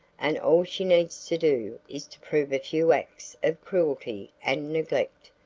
and all she needs to do is to prove a few acts of cruelty and neglect,